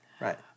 Right